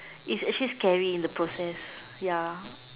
it's actually scary in the process ya